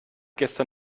gestern